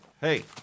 hey